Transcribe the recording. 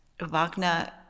Wagner